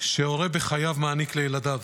שהורה בחייו מעניק לילדיו.